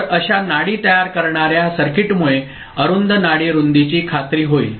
तर अशा नाडी तयार करणार्या सर्किटमुळे अरुंद नाडी रुंदीची खात्री होईल